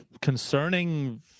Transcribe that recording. concerning